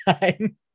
time